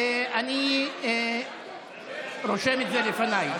ואני רושם את זה לפניי.